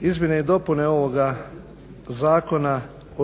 Izmjene i dopune ovoga Zakona